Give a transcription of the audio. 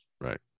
Right